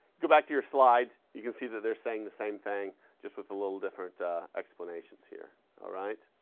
go back to your slides, you can see that they're saying the same thing just with a little different explanations here, all right?